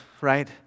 right